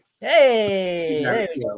Hey